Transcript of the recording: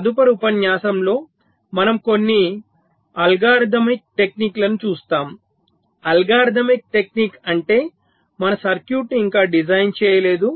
మన తదుపరి ఉపన్యాసంలో మనం కొన్ని అల్గోరిథమిక్ టెక్నిక్ లను చూస్తాం అల్గోరిథమిక్ టెక్నిక్ అంటే మన సర్క్యూట్ను ఇంకా డిజైన్ చేయలేదు